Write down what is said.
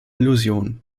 illusion